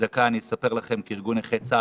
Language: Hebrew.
אני אספר לכם בדקה כי ארגון נכי צה"ל